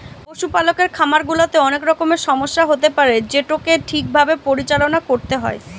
পশুপালকের খামার গুলাতে অনেক রকমের সমস্যা হতে পারে যেটোকে ঠিক ভাবে পরিচালনা করতে হয়